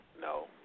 no